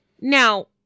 Now